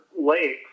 lakes